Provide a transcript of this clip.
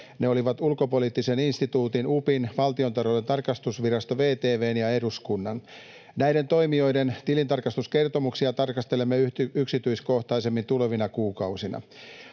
Ne olivat Ulkopoliittisen instituutin, UPIn, Valtiontalouden tarkastusviraston, VTV:n, ja eduskunnan. Näiden toimijoiden tilintarkastuskertomuksia tarkastelemme yksityiskohtaisemmin tulevina kuukausina.